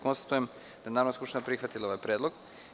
Konstatujem da je Narodna skupština prihvatila ovaj predlog.